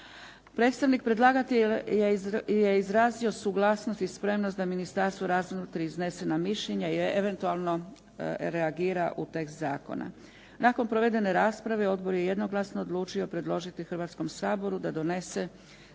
Predstavnik predlagatelja je izrazio suglasnost i spremnost da Ministarstvo razmotri iznesena mišljenja i eventualno reagira u tekst zakona. Nakon provedene rasprave odbor je jednoglasno odlučio predložiti Hrvatskom saboru da donese